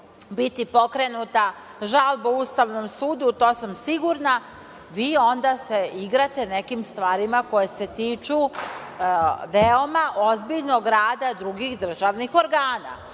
biti pokrenuta žalba Ustavnom sudu, to sam sigurna, vi se onda igrate nekim stvarima koje se tiču veoma ozbiljnog rada drugih državnih organa.